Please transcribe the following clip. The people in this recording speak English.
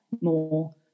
more